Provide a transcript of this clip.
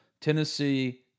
Tennessee